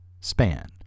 span